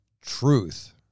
truth